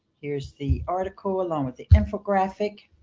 here's the article along with the infographic.